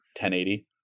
1080